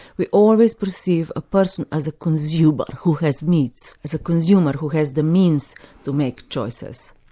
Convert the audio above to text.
we always perceive a person as a consumer who has needs, as a consumer who has the means to make choices.